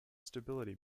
stability